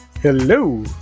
Hello